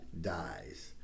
dies